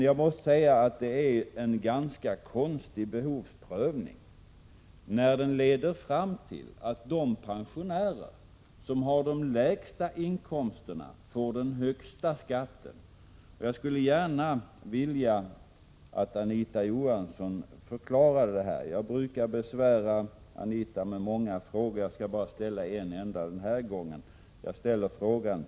Jag måste emellertid säga att det är en ganska konstig behovsprövning, när den leder fram till att de pensionärer som har de lägsta inkomsterna får den högsta skatten. Jag skulle gärna vilja att Anita Johansson förklarade detta. Jag brukar besvära Anita Johansson med många frågor, men jag skall bara ställa en enda denna gång.